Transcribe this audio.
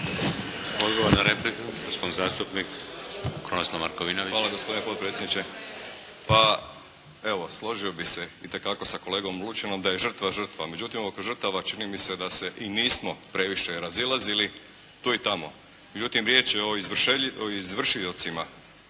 Hvala gospodine potpredsjedniče. Pa evo složio bih se itekako sa kolegom Lučinom da je žrtva žrtva. Međutim oko žrtava čini mi se da se i nismo previše razilazili, tu i tamo. Međutim riječ je o izvršiocima